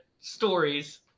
stories